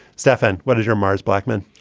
stefan, what is your mars blackmon?